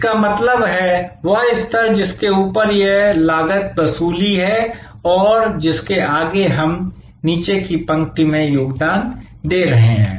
इसका मतलब है वह स्तर जिसके ऊपर यह लागत वसूली है और जिसके आगे हम नीचे की पंक्ति में योगदान दे रहे हैं